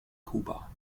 kuba